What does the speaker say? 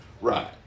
Right